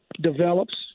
Develops